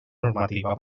normativa